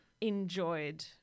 enjoyed